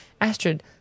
Astrid